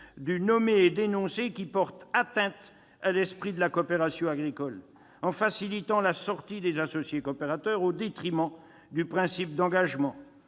du « nommer et dénoncer », qui porte atteinte à l'esprit de la coopération agricole en facilitant la sortie des associés coopérateurs au détriment du principe d'engagement,